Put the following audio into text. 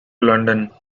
london